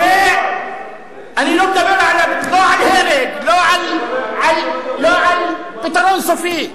אני לא מדבר, לא על הרג, לא על "פתרון סופי".